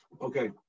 Okay